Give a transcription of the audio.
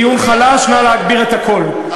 טיעון חלש, נא להגביר את הקול.